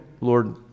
Lord